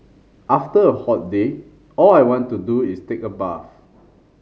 after a hot day all I want to do is take a bath